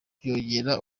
byongerera